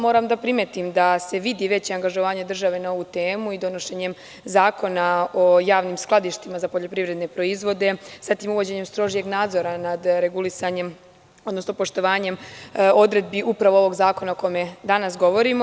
Moram da primetim da se vidi veće angažovanje države na ovu temu donošenjem zakona o javnim skladištima za poljoprivredne proizvode, zatim uvođenjem strožijeg nadzora nad regulisanjem, odnosno poštovanjem odredbi ovog zakona o kome danas govorimo.